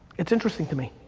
it's interesting to me.